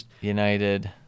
United